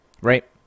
right